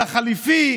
על החליפי,